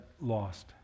lost